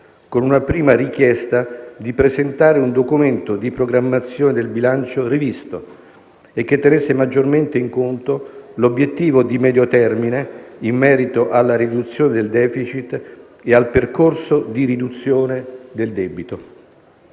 con una prima richiesta di presentare un documento di programmazione del bilancio rivisto e che tenesse maggiormente in conto l'obiettivo di medio termine in merito alla riduzione del *deficit* e al percorso di riduzione del debito.